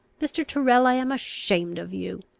mr. tyrrel, i am ashamed of you!